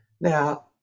Now